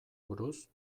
buruz